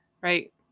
Right